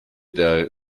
der